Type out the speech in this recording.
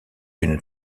une